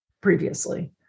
previously